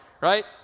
right